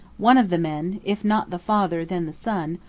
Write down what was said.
one of the men, if not the father then the son,